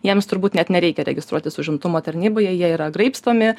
jiems turbūt net nereikia registruotis užimtumo tarnyboje jie yra graibstomi